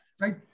right